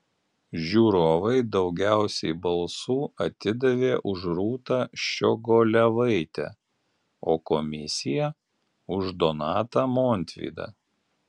žiūrovai daugiausiai balsų atidavė už rūtą ščiogolevaitę o komisija už donatą montvydą